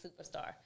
superstar